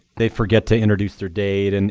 they forget to introduce their date. and